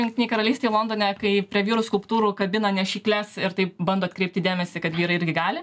jungtinėj karalystėj londone kai prie vyrų skulptūrų kabina nešykles ir taip bando atkreipti dėmesį kad vyrai irgi gali